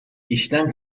i̇şten